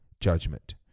judgment